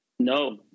No